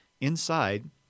Inside